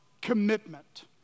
commitment